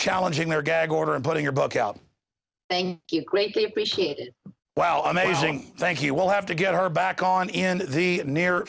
challenging their gag order and putting your book out great wow amazing thank you will have to get her back on in the mirror